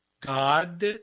God